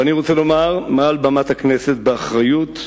ואני רוצה לומר מעל במת הכנסת באחריות,